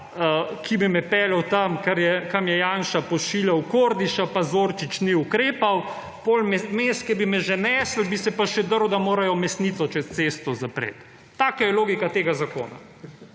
ki bi me peljal tam, kamor je Janša pošiljal Kordiša, pa Zorčič ni ukrepal. Potem vmes, ko bi me že nesli, bi se pa še drl, da morajo mesnico čez cesto zapreti. Taka je logika tega zakona.